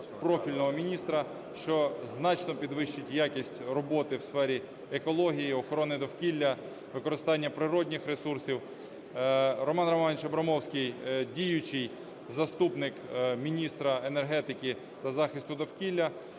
профільного міністра, що значно підвищить якість роботи у сфері екології і охорони довкілля, використання природних ресурсів. Роман Романович Абрамовський – діючий заступник міністра енергетики та захисту довкілля.